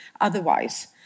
otherwise